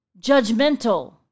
judgmental